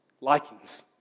likings